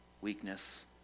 Weakness